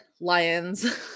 Lions